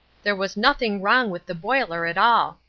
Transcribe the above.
there was nothing wrong with the boiler at all.